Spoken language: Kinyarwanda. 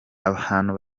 abantu